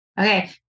Okay